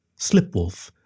Slipwolf